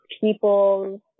people's